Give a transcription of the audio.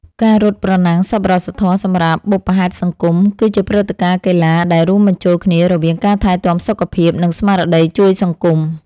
ការរត់ប្រណាំងសប្បុរសធម៌សម្រាប់បុព្វហេតុសង្គម គឺជាព្រឹត្តិការណ៍កីឡាដែលរួមបញ្ចូលគ្នារវាងការថែទាំសុខភាព និងស្មារតីជួយសង្គម។